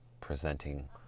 presenting